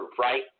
right